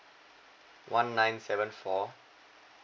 one nine seven four